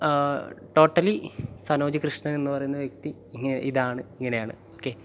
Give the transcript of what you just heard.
totally Sanoj Krishnan എന്ന് പറയുന്ന വ്യക്തി ഇങ്ങ് ഇതാണ് ഇങ്ങനെയാണ് ഓക്കേ